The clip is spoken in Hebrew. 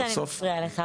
סליחה שאני מפריעה לך,